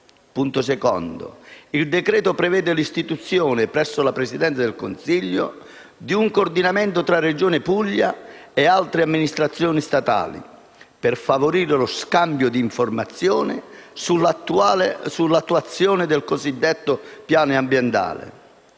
il decreto-legge prevede l'istituzione, presso la Presidenza del Consiglio, di un coordinamento tra la Regione Puglia e altre amministrazioni statali per favorire lo scambio di informazioni sull'attuazione del cosiddetto piano ambientale.